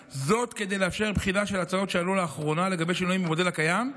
כדי לאפשר בחינה של ההצעות שעלו לאחרונה לגבי שינויים במודל הקיים,